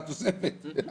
בתוספת.